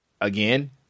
Again